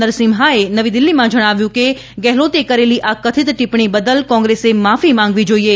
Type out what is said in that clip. નરસિમ્હાએ નવી દીલ્હીમાં જણાવ્યું કે ગેહલોતે કરેલી આ કથિત ટિપ્પણી બદલ કોંગ્રેસે માફી માંગવી જોઇએ